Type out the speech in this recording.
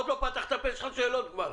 הוא עוד לא פתח את הפה, יש לכם שאלות כבר.